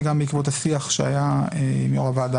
וגם בעקבות השיח שהיה עם יו"ר הוועדה